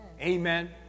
Amen